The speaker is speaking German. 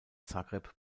zagreb